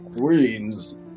queens